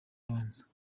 abanza